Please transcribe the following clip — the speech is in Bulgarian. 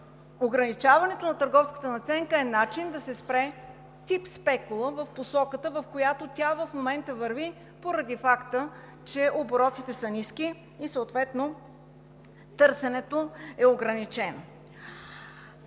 ограничаването на търговската надценка е начин да се спре тип спекула в посоката, в която тя в момента върви, поради факта че оборотите са ниски и съответно търсенето е ограничено.